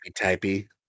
typey